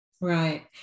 Right